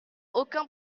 aucun